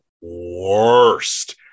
worst